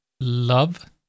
love